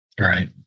Right